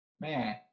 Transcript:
Man